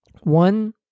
One